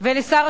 ולשר השיכון,